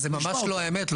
זאת ממש לא האמת.